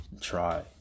try